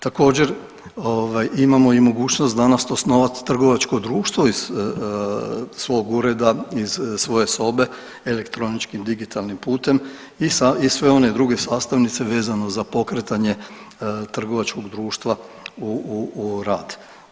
Također imamo i mogućnost danas osnovati trgovačko društvo iz svog ureda, iz svoje sobe elektroničkim digitalnim putem i sve one druge sastavnice vezano za pokretanje trgovačkog društva u rad.